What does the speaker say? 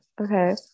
Okay